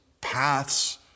paths